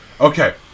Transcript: Okay